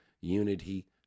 unity